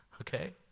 okay